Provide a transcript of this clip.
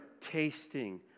tasting